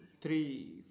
three